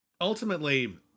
ultimately